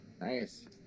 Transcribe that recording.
Nice